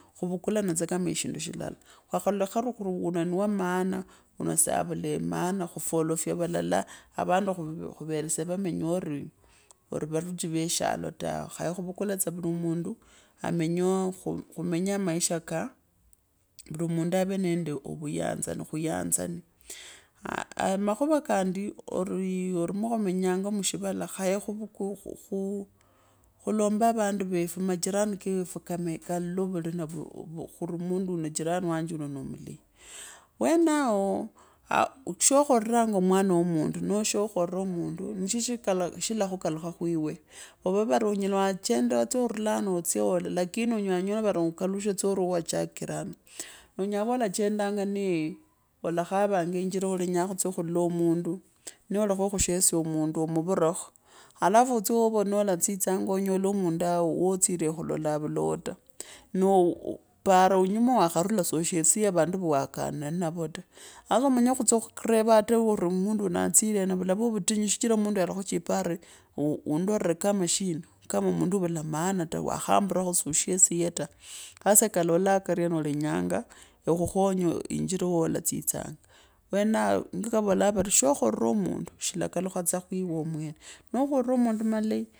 Khuvukalane tsa kama shindu shilala khuri wuuvio ni wuurio ni wa maana uno sa vula maana, khufalofya valala awandi, kuveresya vamenya ori, avaruchi ve shailo tawe, khaye tsa khwaukule vuli mundu amenye, khumenye maisha ka, vuli mundu ave nonde oviyama na khuyanzane aah amakhuva kandi, ori ori mwa khumenyanga mushivala khaye khu khulombe vandu vefu majirani kakefu kano kalole vulina khuni mundu uno jirani wanje uno noo milei. Wenaoo aala shakharinga, maona wo mundu noo shakhora mundu nishoshilakhukalukha khwiwe aah, ive vori onyela wachenda, otye woola lakini unyela wanyola vori ukalushe tsa wawachakira ano, onyela khuva olachendanga nee olakhavanga injira olenyaa khutsya okhulola mundu nee oleshe khushesya mundu omuvirakho, alafu ove olatsa wolatsitsanga onyole mundu wootsire khulola avulao ta, nee upora inyuma wa wakhanila so shesiye vandu va wakanire nnavo ta has, omanye khutsya okhureva ata mundu uno atsirena vulava vatinyu shichira mundu uyo adakhuchira avi, uundore kama shina, kama mundu wala maana ta, wakhumbirakho si hashesiye ta. Hesa kalola kavye nee olenyanga ekhukhonye injira wo la tsitsanga, wenao nikokaavavolaa vari shakhoranga mundu shila khukalukha khwiwe mwene, nekhoora mundu malei.